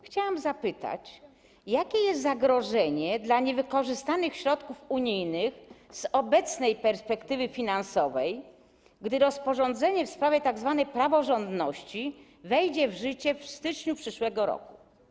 Chciałam zapytać, jakie jest zagrożenie, jeśli chodzi o niewykorzystane środki unijne z obecnej perspektywy finansowej, gdy rozporządzenie w sprawie tzw. praworządności wejdzie w życie w styczniu przyszłego roku.